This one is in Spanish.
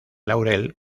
laurel